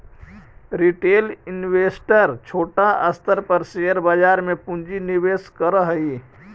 retail investor छोटा स्तर पर शेयर बाजार में पूंजी निवेश करऽ हई